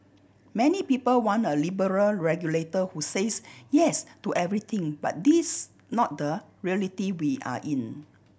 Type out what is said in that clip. many people want a liberal regulator who says yes to everything but this not the reality we are in